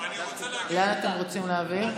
לאן אתם רוצים להעביר?